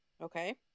Okay